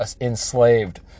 enslaved